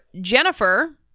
Jennifer